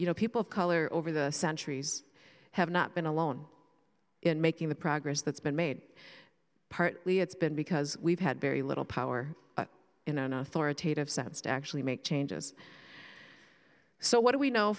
you know people of color over the centuries have not been alone in making the progress that's been made partly it's been because we've had very little power in an authoritative sense to actually make changes so what do we know